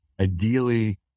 ideally